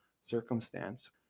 circumstance